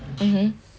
mmhmm